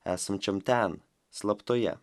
esančiam ten slaptoje